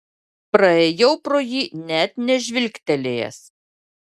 praėjau pro jį net nežvilgtelėjęs